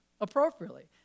appropriately